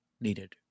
needed